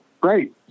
great